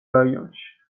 რაიონში